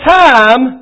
time